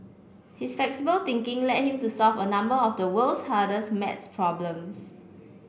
his flexible thinking led him to solve a number of the world's hardest maths problems